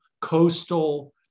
coastal